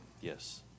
Yes